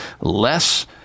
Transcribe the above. less